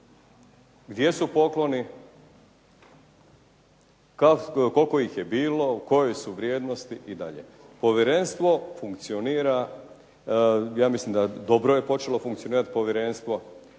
Gdje su pokloni, koliko ih je bilo, koje su vrijednosti i dalje. Povjerenstvo ja mislim da je dobro počelo funkcionirati. Evo